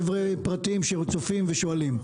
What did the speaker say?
מה שנקרא חבר'ה פרטיים שצופים ושואלים.